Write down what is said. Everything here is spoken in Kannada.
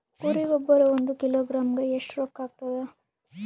ಕುರಿ ಗೊಬ್ಬರ ಒಂದು ಕಿಲೋಗ್ರಾಂ ಗ ಎಷ್ಟ ರೂಕ್ಕಾಗ್ತದ?